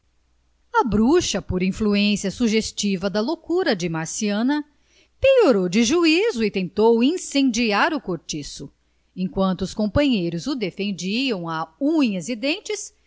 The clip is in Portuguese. a bruxa por influência sugestiva da loucura de marciana piorou do juízo e tentou incendiar o cortiço enquanto os companheiros o defendiam a unhas e dentes